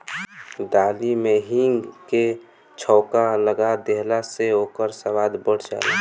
दाली में हिंग के छौंका लगा देहला से ओकर स्वाद बढ़ जाला